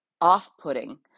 off-putting